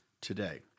today